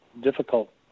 difficult –